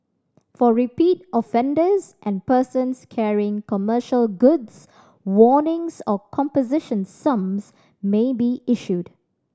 for repeat offenders and persons carrying commercial goods warnings or composition sums may be issued